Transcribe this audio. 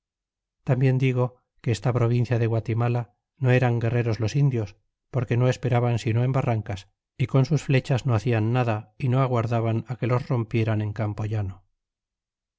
tambien digo que esta provincia de guatimala no eran guerreros los indios porque no esperaban sino en barrancas y con sus flechas no hacian nada y no aguardaban que los rompieran en campo llano